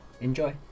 enjoy